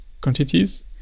quantities